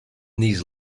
these